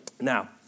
Now